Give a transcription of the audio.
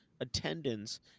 attendance